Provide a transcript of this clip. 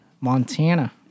Montana